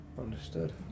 Understood